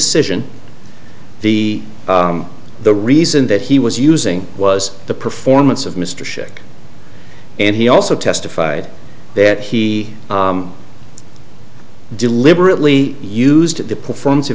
decision the the reason that he was using was the performance of mr scheck and he also testified that he deliberately used the performance